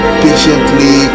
patiently